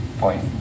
point